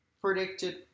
predicted